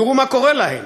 תראו מה קורה להם: